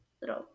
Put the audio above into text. little